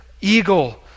eagle